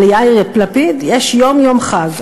אבל ליאיר לפיד יש יום-יום חג.